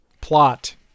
plot